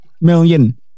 million